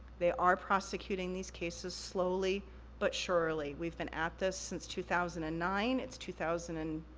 they are prosecuting these cases slowly but surely. we've been at this since two thousand and nine, it's two thousand and